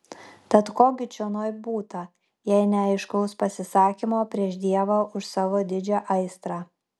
tad ko gi čionai būta jei ne aiškaus pasisakymo prieš dievą už savo didžią aistrą